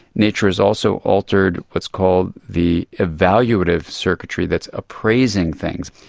nature has also altered what's called the evaluative circuitry that's appraising things.